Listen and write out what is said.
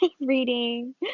reading